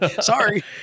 Sorry